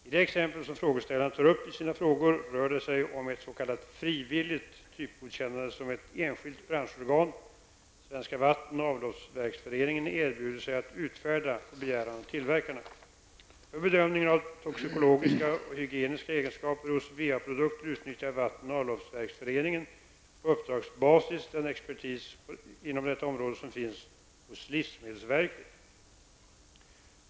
I det exempel som frågeställarna tar upp i sina frågor rör det sig om ett s.k. frivilligt typgodkännande som ett enskilt branschorgan, Svenska Vatten och Avloppsverksföreningen, erbjuder sig att utfärda på begäran av tillverkarna. För bedömningar av toxikologiska och hygieniska egenskaper hos va-produkter utnyttjar Vatten och Avloppsverksföreningen på uppdragsbasis den expertis inom detta område som finns hos livsmedelsverket.